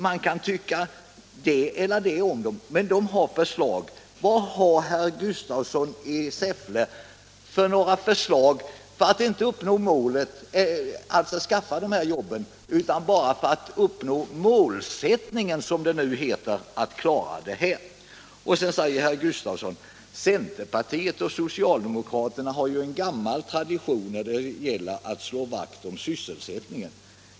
Man kan tycka det ena eller det andra om dem, men det är ändå förslag. Vilka förslag har herr Gustafsson för att man skall kunna skapa de här jobben, för att uppnå målsättningen som det nu heter? Sedan sade herr Gustafsson att centerpartiet och socialdemokraterna ju har en gammal tradition när det gäller att slå vakt om sysselsättningen.